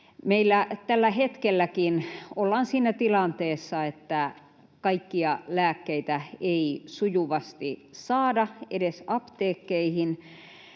Meillä tällä hetkelläkin ollaan siinä tilanteessa, että kaikkia lääkkeitä ei sujuvasti saada edes apteekkeihin,